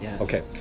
okay